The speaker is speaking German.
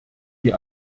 die